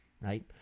right